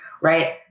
right